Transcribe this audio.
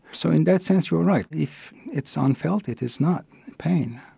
so in that sense you're right. if it's unfelt it is not pain.